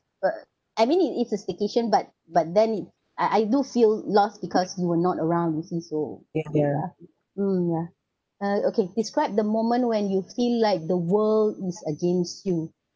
but I mean it is a staycation but but then it I I do feel lost because you were not around you see so mm ya uh okay describe the moment when you feel like the world is against you